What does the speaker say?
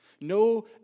no